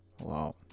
Wow